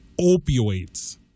opioids